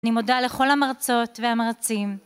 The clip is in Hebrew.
אני מודה לכל המרצות והמרצים